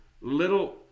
little